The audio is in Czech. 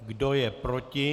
Kdo je proti?